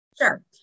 Sure